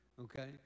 Okay